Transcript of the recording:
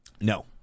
No